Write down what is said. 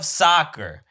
soccer